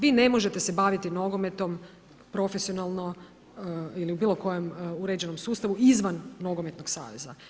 Vi ne možete se baviti nogometom profesionalno ili u bilo kojem uređenom sustavu izvan nogometnog saveza.